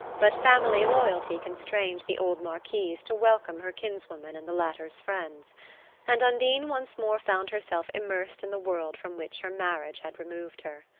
but family loyalty constrained the old marquise to welcome her kinswoman and the latter's friends and undine once more found herself immersed in the world from which her marriage had removed her.